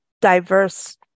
diverse